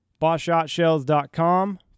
BossShotShells.com